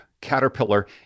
caterpillar